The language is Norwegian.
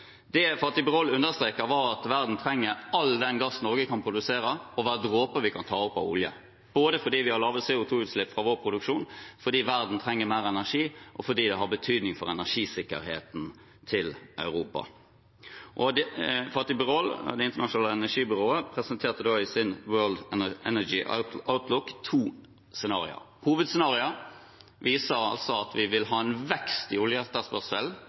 Det Fatih Birol understreket, var at verden trenger all den gass Norge kan produsere og hver dråpe vi kan ta opp av olje, fordi vi har lave CO 2 -utslipp fra vår produksjon, fordi verden trenger mer energi og fordi det har betydning for energisikkerheten til Europa. Fatih Birol, Det internasjonale energibyrået, presenterte i sin World Energy Outlook to scenarioer. Hovedscenarioet viser at vi vil ha en vekst i